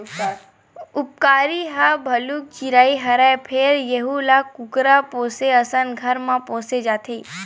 उपकारी ह भलुक चिरई हरय फेर यहूं ल कुकरा पोसे असन घर म पोसे जाथे